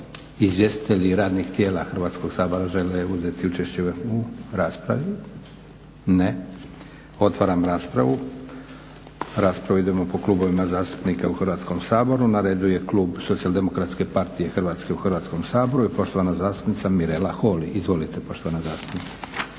izvjestitelji radnih tijela Hrvatskog sabora žele uzeti učešće u raspravi? Ne. Otvaram raspravu. U raspravu idemo po klubovima zastupnika u Hrvatskom saboru. Na redu je klub SDP-a u Hrvatskom saboru i poštovana zastupnica Mirela Holy. Izvolite poštovana zastupnice.